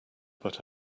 but